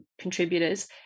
contributors